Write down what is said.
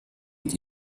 und